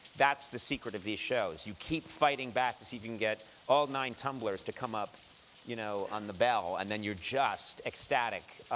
that's the secret of these shows. you keep fighting back to even get all nine tumblers to come up you know on the bell, and then you're just ecstatic.